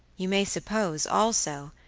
you may suppose, also,